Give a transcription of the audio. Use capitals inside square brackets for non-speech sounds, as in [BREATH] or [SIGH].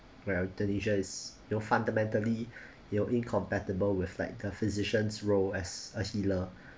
where euthanasia is you know fundamentally [BREATH] you know incompatible with like the physicians role as a healer